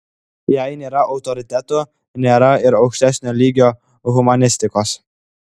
jei nėra autoritetų nėra ir aukštesnio lygio humanistikos